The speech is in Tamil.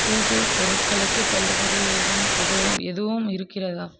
பூஜை பொருட்களுக்கு தள்ளுபடி ஏதும் எதுவும் எதுவும் இருக்கிறதா